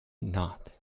not